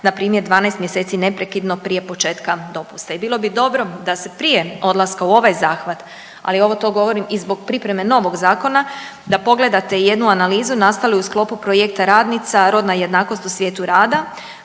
npr. 12 mjeseci neprekidno prije početka dopusta. I bilo bi dobro da se prije odlaska u ovaj zahvat, ali ovo to govorim i zbog pripreme novog zakona da pogledate jednu analizu nastalu u sklopu projekta radnica rodna jednakost u svijetu rada